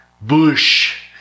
Bush